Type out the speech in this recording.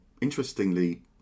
interestingly